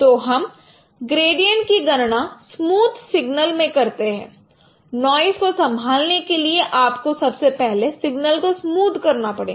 तो हम ग्रेडियंट की गणना स्मूद सिग्नल में करते हैं नॉइस को संभालने के लिए आपको सबसे पहले सिग्नल को स्मूद करना पड़ेगा